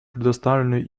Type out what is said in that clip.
представленную